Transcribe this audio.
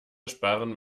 sparen